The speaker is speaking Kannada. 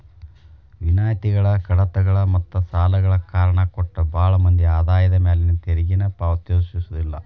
ವಿನಾಯಿತಿಗಳ ಕಡಿತಗಳ ಮತ್ತ ಸಾಲಗಳ ಕಾರಣ ಕೊಟ್ಟ ಭಾಳ್ ಮಂದಿ ಆದಾಯದ ಮ್ಯಾಲಿನ ತೆರಿಗೆನ ಪಾವತಿಸೋದಿಲ್ಲ